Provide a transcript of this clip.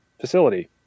facility